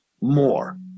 more